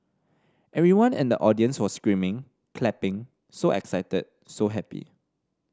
everyone in the audience was screaming clapping so excited so happy